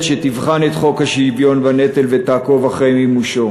שתבחן את חוק השוויון בנטל ותעקוב אחרי מימושו,